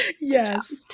Yes